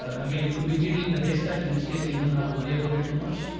ah again, it could be needle in the haystack, in which case we don't have to worry about it too much.